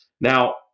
now